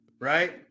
right